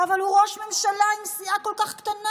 אבל הוא ראש ממשלה עם סיעה כל כך קטנה,